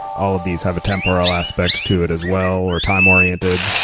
all of these have a temporal aspect to it as well or time-oriented.